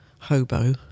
hobo